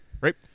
Right